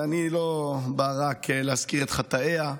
ואני לא בא רק להזכיר את חטאיה,